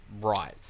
right